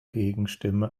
gegenstimme